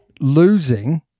losing